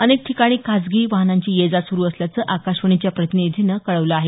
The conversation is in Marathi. अनेक ठिकाणी खाजगी वाहनांची ये जा सुरु असल्याचं आकाशवाणीच्या प्रतिनिधीनं कळवलं आहे